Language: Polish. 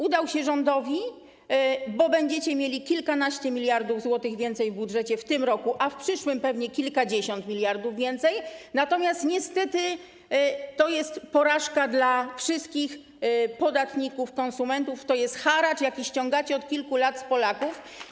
Udał się rządowi, bo będziecie mieli kilkanaście miliardów złotych więcej w budżecie w tym roku, a w przyszłym pewnie kilkadziesiąt miliardów więcej, natomiast niestety to jest porażka dla wszystkich podatników, konsumentów, to jest haracz, jaki ściągacie od kilku lat z Polaków.